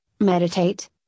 meditate